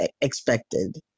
expected